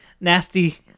Nasty